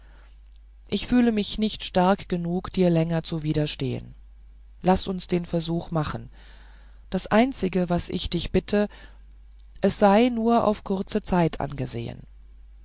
ich fühle mich nicht stark genug dir länger zu widerstehen laß uns den versuch machen das einzige was ich dich bitte es sei nur auf kurze zeit angesehen